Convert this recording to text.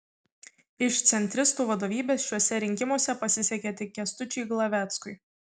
iš centristų vadovybės šiuose rinkimuose pasisekė tik kęstučiui glaveckui